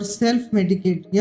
self-medicate